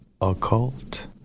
occult